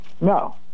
No